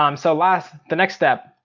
um so last, the next step,